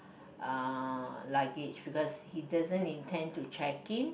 uh luggage because he doesn't intend to check in